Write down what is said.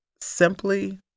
Simply